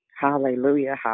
Hallelujah